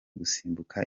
gusimbuka